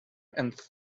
and